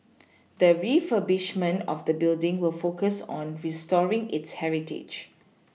the refurbishment of the building will focus on restoring its heritage